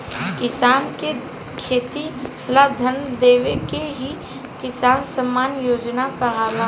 किसान के खेती ला धन देवे के ही किसान सम्मान योजना कहाला